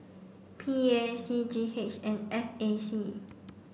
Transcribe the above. P A C G H and S A C